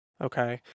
Okay